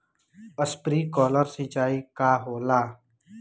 Sprinkler सिंचाई का होला?